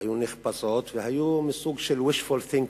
היו נחפזות, והיו מהסוג של wishful thinking,